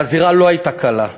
והזירה לא הייתה קלה.